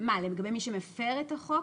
לגבי מי שמפר את החוק?